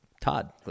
Todd